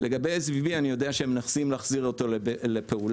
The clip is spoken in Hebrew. לגבי SVB אני יודע שמנסים להחזיר אותו לפעולה,